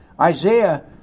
isaiah